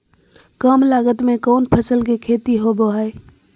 काम लागत में कौन फसल के खेती होबो हाय?